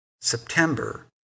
September